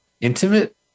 intimate